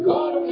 God